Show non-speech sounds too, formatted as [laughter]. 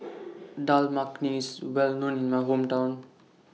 [noise] Dal Makhani Well known in My Hometown